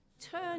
Turn